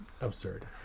absurd